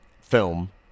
film